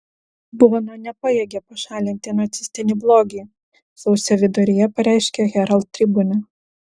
bona nepajėgia pašalinti nacistinį blogį sausio viduryje pareiškė herald tribune